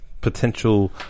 potential